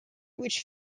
which